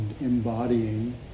embodying